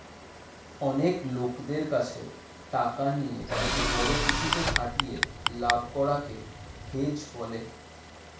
অনেক লোকদের কাছে টাকা নিয়ে বড়ো কিছুতে খাটিয়ে লাভ করা কে হেজ বলে